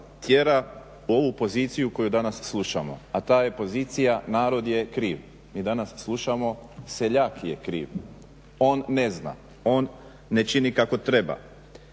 tjera u ovu poziciju koju danas slušamo, a ta je pozicija narod je kriv, mi danas slušamo seljak je kriv, on ne zna, on ne čini kako treba,